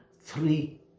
three